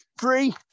three